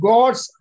God's